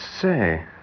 say